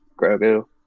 Grogu